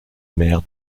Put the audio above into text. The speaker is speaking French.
mère